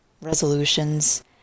resolutions